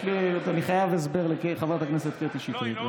אני חייב הסבר לחברת הכנסת קטי שטרית.